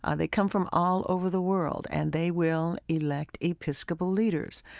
ah they come from all over the world, and they will elect episcopal leaders.